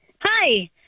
Hi